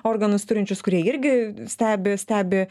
organus turinčius kurie irgi stebi stebi